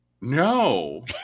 No